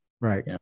Right